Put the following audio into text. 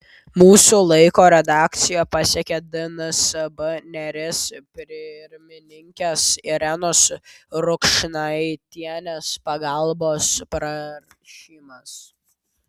mūsų laiko redakciją pasiekė dnsb neris pirmininkės irenos rukšnaitienės pagalbos prašymas